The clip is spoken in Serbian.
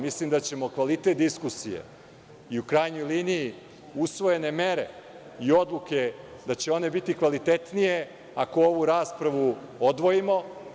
Mislim da ćemo kvalitet diskusije i, u krajnjoj liniji, usvojene mere i odluke, da će one biti kvalitetnije ako ovu raspravu odvojimo.